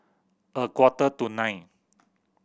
a quarter to nine